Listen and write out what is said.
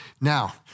Now